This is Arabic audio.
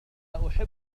أحب